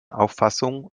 auffassung